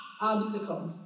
Obstacle